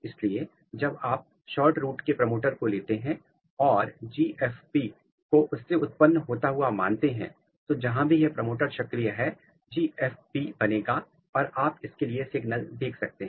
इसलिए जब आप SHORTROOT के प्रमोटर को लेते हैं और GFP को उससे उत्पन्न होता हुआ मानते हैं तो जहाँ भी यह प्रमोटर सक्रिय है GFP बनेगा और आप इस के लिए सिग्नल देख सकते हैं